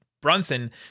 Brunson